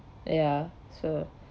ya so